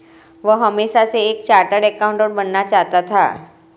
वह हमेशा से एक चार्टर्ड एकाउंटेंट बनना चाहता था